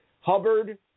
Hubbard